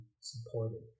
supported